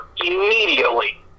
Immediately